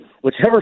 Whichever